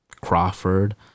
crawford